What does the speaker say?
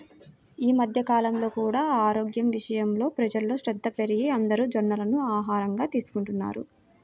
ఈ మధ్య కాలంలో కూడా ఆరోగ్యం విషయంలో ప్రజల్లో శ్రద్ధ పెరిగి అందరూ జొన్నలను ఆహారంగా తీసుకుంటున్నారు